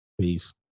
peace